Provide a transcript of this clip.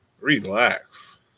relax